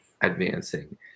advancing